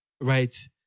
right